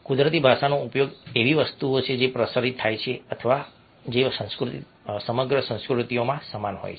કુદરતી ભાષાનો ઉપયોગ એવી વસ્તુ છે જે પ્રસારિત થાય છે અથવા જે સમગ્ર સંસ્કૃતિઓમાં સમાન હોય છે